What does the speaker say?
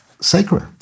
sacred